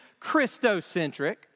Christocentric